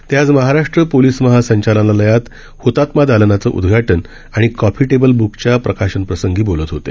ते आज महाराष्ट्र पोलीस महासंचालनालयात हतात्मा दालनाचं उद्घाटन आणि कॉफी टेबल ब्कच्या प्रकाशन प्रसंगी बोलत होते